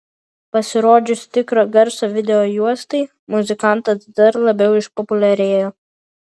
pasirodžius tikro garso videojuostai muzikantas dar labiau išpopuliarėjo